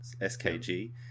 skg